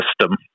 system